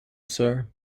sir